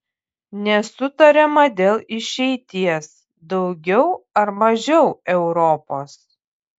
nesutariama dėl išeities daugiau ar mažiau europos